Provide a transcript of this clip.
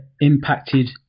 impacted